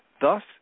Thus